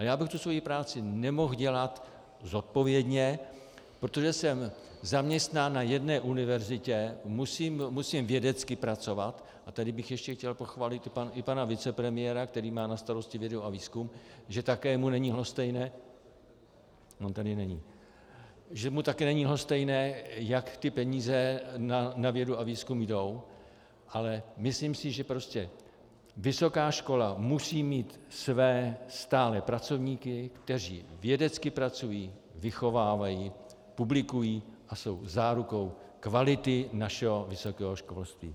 Já bych svoji práci nemohl dělat zodpovědně, protože jsem zaměstnán na jedné univerzitě, musím vědecky pracovat, a tady bych chtěl pochválit pana vicepremiéra, který má na starosti vědu a výzkum, on tady není, že mu také není lhostejné, jak peníze na vědu a výzkum jdou, ale myslím si, že vysoká škola musí mít své stálé pracovníky, kteří vědecky pracují, vychovávají, publikují a jsou zárukou kvality našeho vysokého školství.